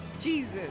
Jesus